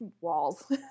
walls